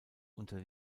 unter